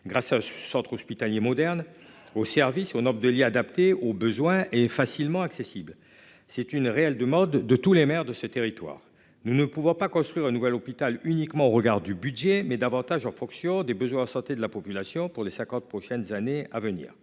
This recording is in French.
grâce à centre hospitalier moderne au service au nombre de lits adaptés aux besoins et facilement accessible. C'est une réelle de mode de tous les maires de ce territoire. Nous ne pouvons pas construire un nouvel hôpital uniquement au regard du budget mais davantage en fonction des besoins en santé de la population pour les 50 prochaines années à venir.